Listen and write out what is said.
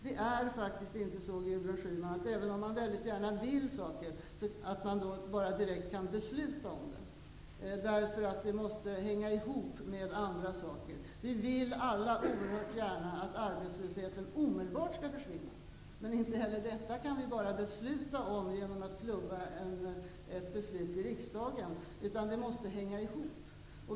Det är inte så, Gudrun Schyman, att man även om man väldigt gärna vill något kan direkt besluta om det. Det måste nämligen hänga ihop med annat. Vi alla vill oerhört gärna att arbetslösheten omedelbart skall försvinna, men inte heller detta kan vi bara besluta om genom att klubba igenom ett fattat beslut i riksdagen, utan det hela måste hänga ihop.